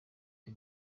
the